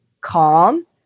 calm